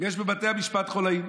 יש בבתי המשפט חוליים.